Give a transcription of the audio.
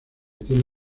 tiene